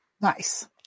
Nice